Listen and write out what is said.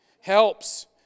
Helps